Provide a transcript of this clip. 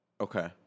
Okay